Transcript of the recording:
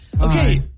Okay